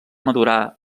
madurar